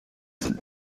that